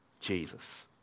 Jesus